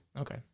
Okay